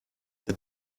the